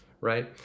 Right